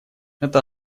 это